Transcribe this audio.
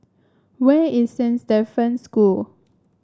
where is Saint Stephen School